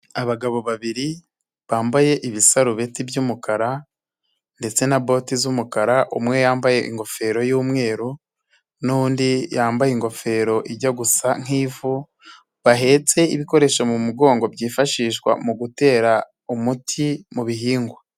Abagabo babiri bambaye ibisarubeti by'umukara ndetse na boti z'umukara, umwe yambaye ingofero y'umweru n'undi yambaye ingofero ijya gusa nk'ivu, bahetse ibikoresho mu mugongo byifashishwa mu gutera umuti mubi bihingwa.